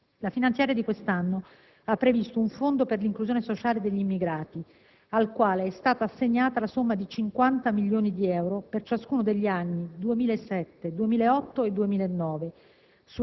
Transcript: finanziaria di quest'anno ha previsto un fondo per l'inclusione sociale degli immigrati, al quale è stata assegnata la somma di 50 milioni di euro per ciascuno degli anni 2007-2008-2009,